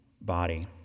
body